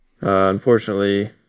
unfortunately